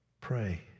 pray